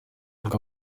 ubwo